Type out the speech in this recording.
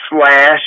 slash